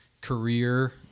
career